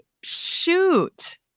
shoot